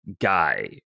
guy